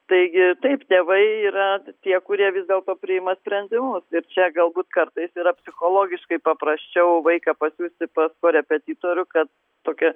taigi taip tėvai yra tie kurie vis dėlto priima sprendimus ir čia galbūt kartais yra psichologiškai paprasčiau vaiką pasiųsti pas korepetitorių kad tokia